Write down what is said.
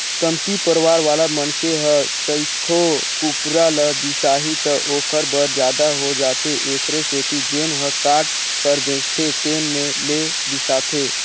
कमती परवार वाला मनखे ह सइघो कुकरा ल बिसाही त ओखर बर जादा हो जाथे एखरे सेती जेन ह काट कर बेचथे तेन में ले बिसाथे